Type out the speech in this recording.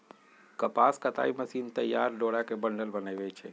कपास कताई मशीन तइयार डोरा के बंडल बनबै छइ